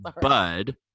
bud